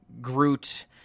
Groot